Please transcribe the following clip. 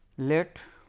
let